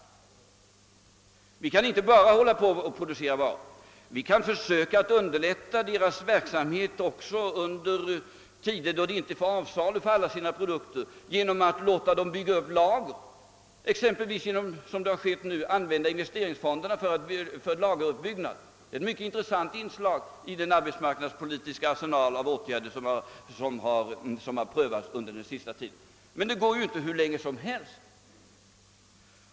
Man kan inte bara hålla på och producera varor. Men vi skall försöka underlätta företagens verksamhet också under tider, då de inte finner avsättning för alla sina produkter, genom att låta dem bygga upp lager, exempelvis — såsom nu sker — med användande av investeringsfonderna. Det är ett mycket intressant inslag i den arsenal av arbetsmarknadspolitiska åtgärder som har prövats under den senaste tiden. Men det går ju inte att göra på detta sätt hur länge som helst.